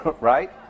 right